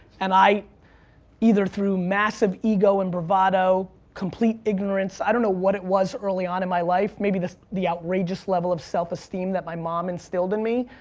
and i either through massive ego and bravado, complete ignorance, i don't know what it was early on in my life. maybe the the outrageous level of self-esteem that my mom instilled in me.